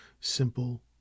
simple